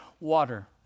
Water